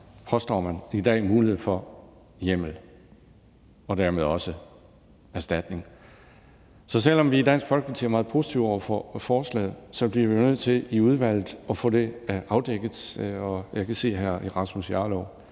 påstår man, i dag mulighed for det – hjemmel – og dermed også for erstatning. Så selv om vi i Dansk Folkeparti er meget positive over for forslaget, bliver vi nødt til i udvalget at få det afdækket. Jeg kan se, at hr. Rasmus Jarlov